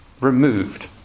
removed